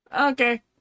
Okay